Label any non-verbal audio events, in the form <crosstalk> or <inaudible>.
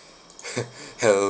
<laughs> hell